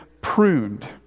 pruned